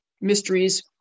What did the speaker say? mysteries